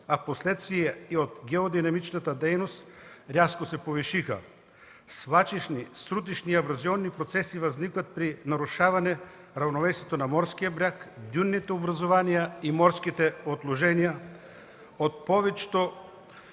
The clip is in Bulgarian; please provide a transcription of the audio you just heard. а в последствие и от геодинамичната дейност, рязко се повишиха. Свлачищни, срутищни и абразионни процеси възникват при нарушаване равновесието на морския бряг, дюнните образувания и морските отложения